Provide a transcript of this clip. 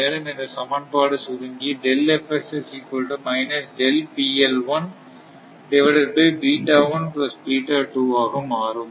மேலும் இந்த சமன்பாடு சுருங்கி ஆக மாறும்